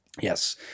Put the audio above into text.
yes